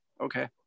okay